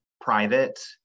private